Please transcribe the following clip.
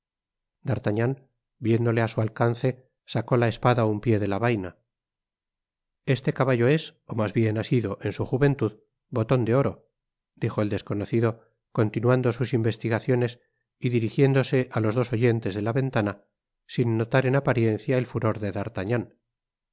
d'artagnan viéndole á su alcance sacó la espada un pié de la vaina este caballo es ó mas bien ha sido en su juventud boton de oro dijo el desconocido continuando sus investigaciones y dirigiéndose á los dos oyentes de la ventana sin notar en apariencia el furor de d'artagnan